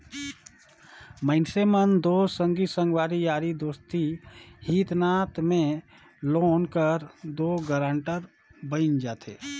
मइनसे मन दो संगी संगवारी यारी दोस्ती हित नात में लोन कर दो गारंटर बइन जाथे